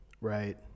right